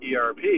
ERP